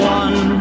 one